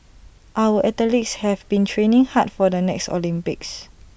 our athletes have been training hard for the next Olympics